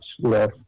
less